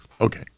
okay